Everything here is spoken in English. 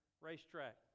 racetrack